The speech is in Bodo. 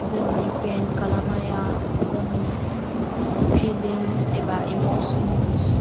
जोंनि पेन्ट खालामनाया जोंनि फिलिंस एबा इमोसोन्स